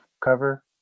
cover